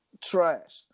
trash